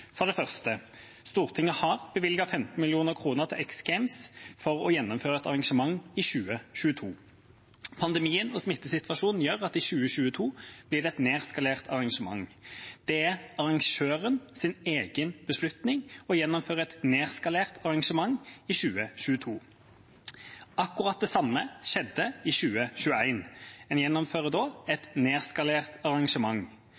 Stortinget har bevilget 15 mill. kr til X Games for å gjennomføre et arrangement i 2022. Pandemien og smittesituasjonen gjør at i 2022 blir det et nedskalert arrangement. Det er arrangørens egen beslutning å gjennomføre et nedskalert arrangement i 2022. Akkurat det samme skjedde i 2021. Man gjennomførte da et nedskalert arrangement.